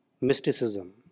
mysticism